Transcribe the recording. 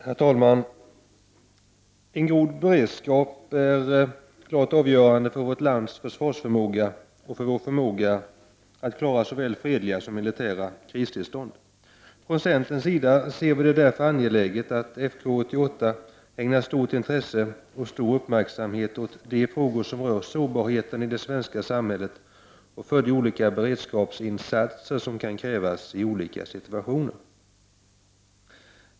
Herr talman! En god beredskap är avgörande för vårt lands försvarsförmåga och för vårt lands förmåga att klara såväl fredliga som militära kristillstånd. Från centerns sida ser vi det därför som angeläget att FK 88 ägnar stort intresse och stor uppmärksamhet åt de frågor som rör sårbarheten i det svenska samhället och de olika beredskapsinsatser som kan krävas i olika situationer.